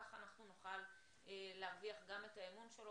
ככה אנחנו נוכל להרוויח גם את האמון שלו